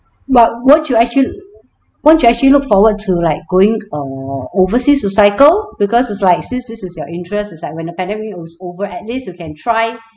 but won't you actually won't you actually look forward to like going err overseas to cycle because it's like since this is your interest is like when the pandemic is over at least you can try